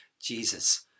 Jesus